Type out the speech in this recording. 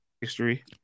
History